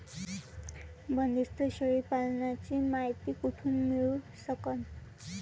बंदीस्त शेळी पालनाची मायती कुठून मिळू सकन?